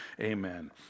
amen